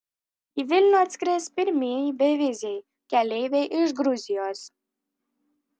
į vilnių atskris pirmieji beviziai keleiviai iš gruzijos